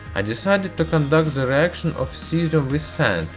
i decided to conduct the reaction of cesium with sand.